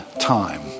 time